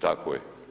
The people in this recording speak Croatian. tako je.